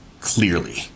Clearly